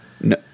no